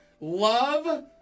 Love